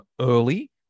early